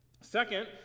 Second